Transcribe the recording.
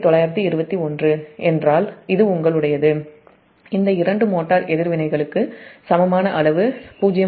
921 ஏனென்றால் இது உங்களுடையது இந்த இரண்டு மோட்டார் எதிர்வினைகளுக்கு சமமான அளவு 0